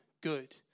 good